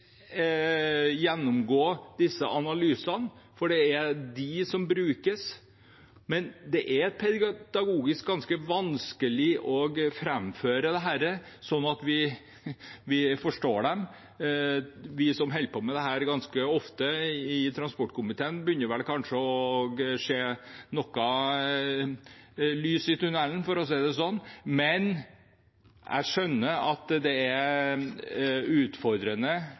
gjennomgå disse analysene, for det er de som brukes, men det er pedagogisk ganske vanskelig å framføre dette slik at vi forstår dem. Vi i transportkomiteen, som holder på med dette ganske ofte, begynner vel kanskje å se noe lys i tunnelen, for å si det slik, men jeg skjønner at det er utfordrende